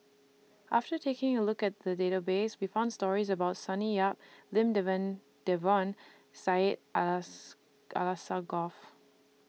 after taking A Look At The Database We found stories about Sonny Yap Lim Devan Devon Syed as Alsagoff